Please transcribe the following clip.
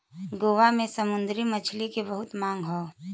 गोवा के समुंदरी मछरी के बहुते मांग हौ